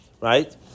Right